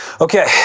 Okay